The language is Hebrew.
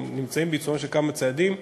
או נמצאים בעיצומם של כמה צעדים,